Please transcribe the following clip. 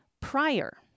Prior